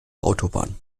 autobahn